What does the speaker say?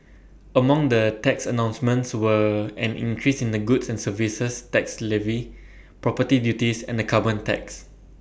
among the tax announcements were an increase in the goods and services tax levy property duties and A carbon tax